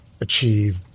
achieve